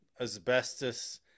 asbestos